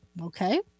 Okay